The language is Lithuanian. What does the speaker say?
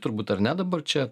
turbūt ar ne dabar čia